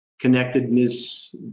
connectedness